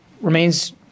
remains